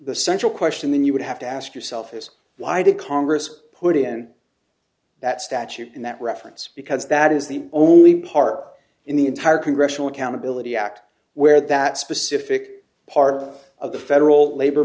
the central question you would have to ask yourself is why did congress put in that statute in that reference because that is the only part in the entire congressional accountability act where that specific part of the federal labor